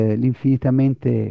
l'infinitamente